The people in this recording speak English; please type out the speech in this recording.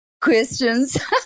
questions